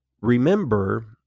Remember